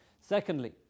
Secondly